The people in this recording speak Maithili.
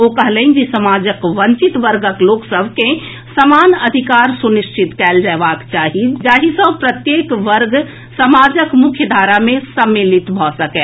ओ कहलनि जे समाजक वंचित वर्गक लोक सभ के समान अधिकार सुनिश्चित कयल जएबाक चाही जाहि सॅ प्रत्येक वर्ग समाजक मुख्यधारा मे सम्मिलित शामिल भऽ सकय